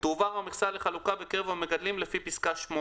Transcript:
אני